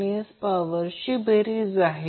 आणि हे v a b आणि c आहे